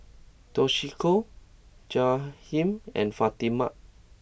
Toshiko Jaheem and Fatima